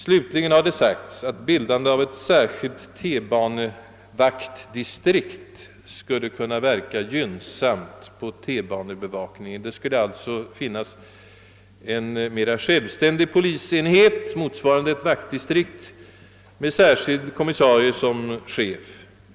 Slutligen har det framhållits att bildandet av ett särskilt T-banevaktdistrikt skulle kunna verka gynnsamt på T banebevakningen. Det skulle alltså inrättas en mera självständig polisenhet, motsvarande ett vaktdistrikt, med en särskild kommissarie som chef.